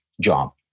job